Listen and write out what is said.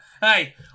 hey